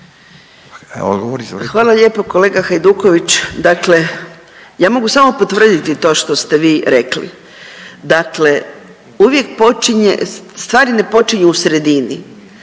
Hvala lijepa. Kolega Hajduković, dakle ja mogu samo potvrditi to što ste vi rekli, dakle uvijek počinje, stvari ne počinju u sredini,